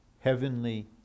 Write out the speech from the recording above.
heavenly